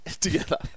Together